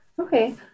Okay